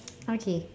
okay